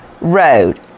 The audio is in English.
Road